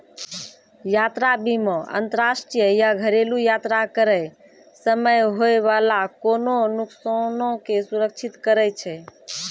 यात्रा बीमा अंतरराष्ट्रीय या घरेलु यात्रा करै समय होय बाला कोनो नुकसानो के सुरक्षित करै छै